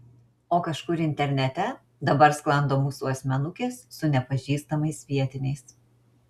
o kažkur internete dabar sklando mūsų asmenukės su nepažįstamais vietiniais